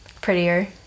prettier